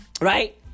Right